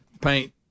paint